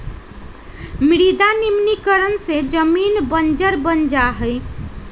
मृदा निम्नीकरण से जमीन बंजर बन जा हई